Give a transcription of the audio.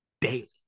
daily